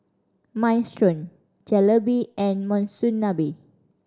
Minestrone Jalebi and Monsunabe